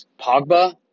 Pogba